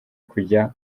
kujya